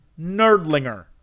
nerdlinger